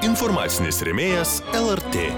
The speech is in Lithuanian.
informacinis rėmėjas lrt